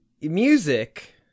music